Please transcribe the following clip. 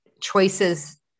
choices